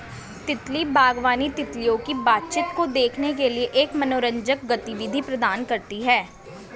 तितली बागवानी, तितलियों की बातचीत को देखने के लिए एक मनोरंजक गतिविधि प्रदान करती है